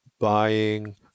buying